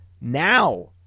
now